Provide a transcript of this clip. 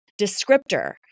descriptor